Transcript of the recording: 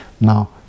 Now